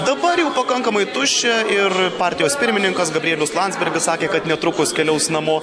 dabar jau pakankamai tuščia ir partijos pirmininkas gabrielius landsbergis sakė kad netrukus keliaus namo